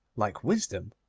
like wisdom,